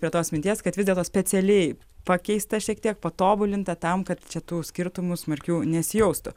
prie tos minties kad vis dėlto specialiai pakeista šiek tiek patobulinta tam kad čia tų skirtumų smarkių nesijaustų